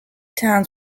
towns